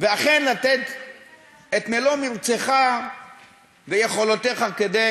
ואכן לתת את מלוא מרצך ויכולותיך כדי